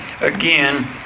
again